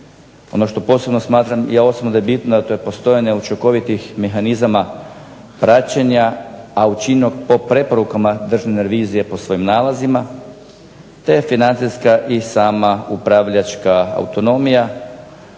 Ono što posebno smatram ja osobno da je bitno to je postojanje učinkovitih mehanizama praćenja a učinjeno po preporukama Državne revizije po svojim nalazima, te financijska i sama upravljačka autonomija.